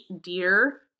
Deer